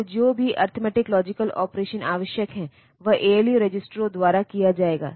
तो जो भी अरिथमेटिक लॉजिकल ऑपरेशन आवश्यक हैं वह ऐएलयू रजिस्टरों द्वारा किया जाएगा